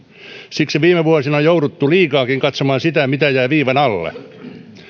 siksi viime vuosina on jouduttu liikaakin katsomaan sitä mitä jää viivan alle